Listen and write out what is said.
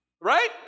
Right